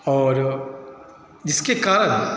और जिसके कारण